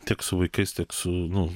tiek su vaikais tik su nu